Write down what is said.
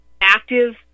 active